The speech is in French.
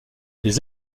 les